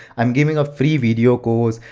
i'm giving a free video course,